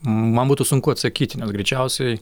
man būtų sunku atsakyti nes greičiausiai